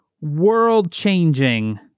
world-changing